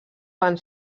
van